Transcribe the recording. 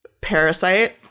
Parasite